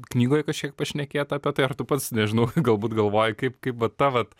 knygoj kažkiek pašnekėta apie tai ar tu pats nežinau galbūt galvoji kaip kaip va ta vat